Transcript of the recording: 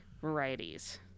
varieties